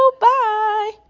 bye